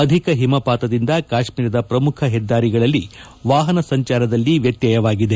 ಅಧಿಕ ಹಿಮಪಾತದಿಂದ ಕಾಶ್ಮೀರದ ಪ್ರಮುಖ ಹೆದ್ದಾರಿಗಳಲ್ಲಿ ವಾಹನ ಸಂಚಾರದಲ್ಲಿ ವ್ಯತ್ಯವಾಗಿದೆ